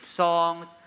songs